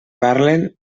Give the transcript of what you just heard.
parlen